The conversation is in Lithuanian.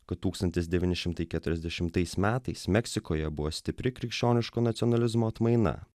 kad tūkstantis devyni šimtai keturiasdešimtais metais meksikoje buvo stipri krikščioniška nacionalizmo atmaina